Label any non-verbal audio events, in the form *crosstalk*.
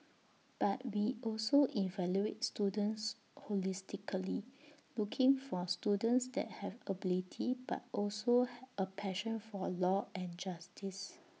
but we also evaluate students holistically looking for students that have ability but also *hesitation* A passion for law and justice